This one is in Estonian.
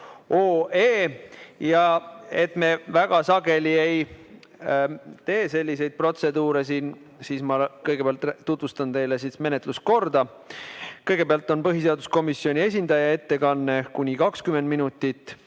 Kuna me väga sageli ei tee selliseid protseduure, siis ma kõigepealt tutvustan teile menetluskorda. Kõigepealt on põhiseaduskomisjoni esindaja ettekanne kuni 20 minutit,